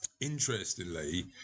Interestingly